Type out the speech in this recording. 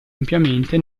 ampiamente